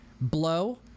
Blow